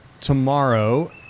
tomorrow